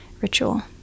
ritual